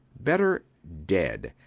better dead.